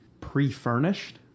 pre-furnished